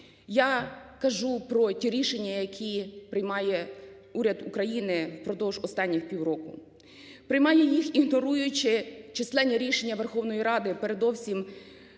Я кажу про ті рішення, які приймає уряд України впродовж останніх півроку, приймає їх, ігноруючи численні рішення Верховної Ради, передовсім